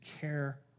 care